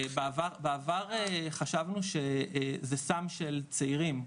בעבר חשבנו שזה סם של צעירים,